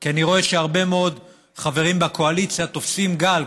כי אני רואה שהרבה מאוד חברים בקואליציה תופסים גל,